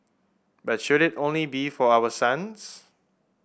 but should it only be for our sons